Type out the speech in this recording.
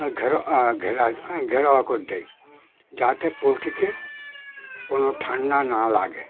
ঘেরো ঘের ঘেরাও করে দিই যাতে পোলট্রিকে কোনো ঠান্ডা না লাগে